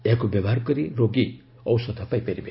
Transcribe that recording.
ଏହାକୁ ବ୍ୟବହାର କରି ରୋଗୀ ଔଷଧ ପାଇପାରିବେ